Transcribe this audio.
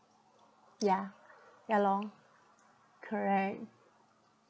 ya ya lor correct